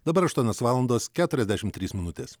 dabar aštuonios valandos keturiasdešimt trys minutės